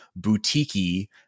boutiquey